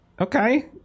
okay